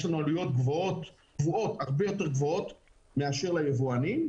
יש לנו עלויות קבועות הרבה יותר גבוהות מאשר ליבואנים,